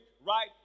right